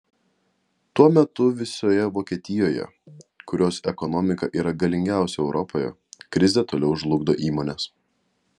tuo metu visoje vokietijoje kurios ekonomika yra galingiausia europoje krizė toliau žlugdo įmones